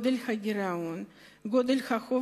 גודל הגירעון,